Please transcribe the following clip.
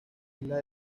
islas